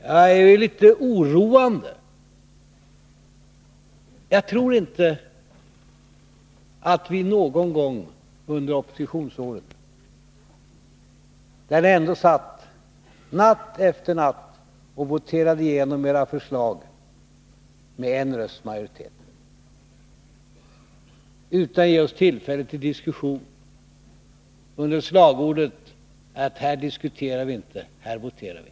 Under oppositionsåren fick vi vara med om att ni natt efter natt voterade igenom era förslag med en rösts majoritet utan att vi fick tillfälle till diskussion. Slagordet var att här diskuterar vi inte, här voterar vi.